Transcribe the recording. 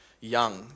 young